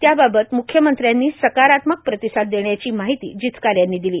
त्याबाबत म्ख्यमंत्र्यांनी सकारात्मक प्रतिसाद देण्याची माहिती जिचकार यांनी दिली